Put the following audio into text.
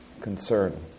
concern